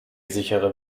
sichere